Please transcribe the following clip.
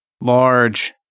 Large